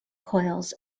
coils